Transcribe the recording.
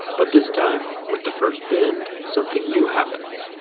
but this time, with the first bend, something new happens.